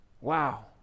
Wow